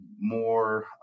more